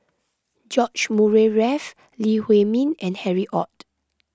George Murray Reith Lee Huei Min and Harry Ord